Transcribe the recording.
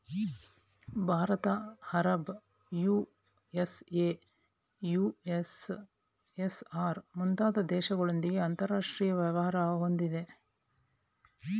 Bharat Arab, USA, USSR, ಮುಂತಾದ ದೇಶಗಳೊಂದಿಗೆ ಅಂತರಾಷ್ಟ್ರೀಯ ವ್ಯಾಪಾರ ಹೊಂದಿದೆ